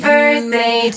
Birthday